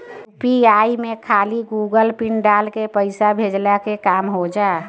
UPI में खाली Google pin डाल के पईसा भेजला के काम हो होजा